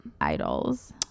idols